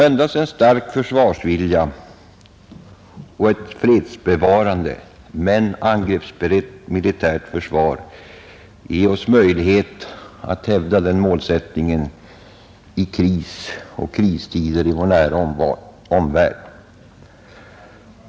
Endast en stark försvarsvilja och ett fredsbevarande men angreppsberett militärt försvar ger oss möjlighet att hävda den målsättningen i krisoch krigstider i vår nära omvärld.